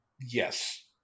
Yes